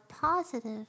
positive